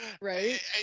right